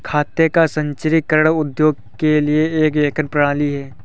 खाते का संचीकरण उद्योगों के लिए एक लेखन प्रणाली है